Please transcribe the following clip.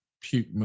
puke